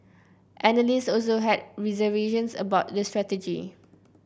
analysts also had reservations about the strategy